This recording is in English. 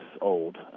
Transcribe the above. old